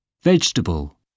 Vegetable